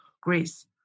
Greece